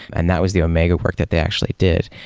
and that was the omega work that they actually did.